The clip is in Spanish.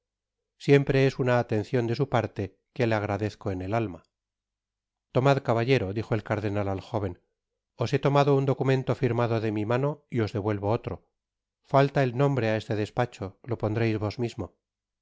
siempre es una atencion de su parte que le agradezco en el alma tomad caballero dijo el cardenal al jóven os he tomado un documento firmado de mi mano y os devuelvo otro falta el nombre á este despacho lo pondreis vos mismo